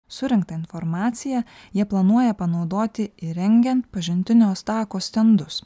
surinktą informaciją jie planuoja panaudoti įrengiant pažintinio tako stendus